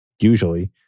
usually